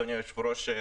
אדוני היושב-ראש,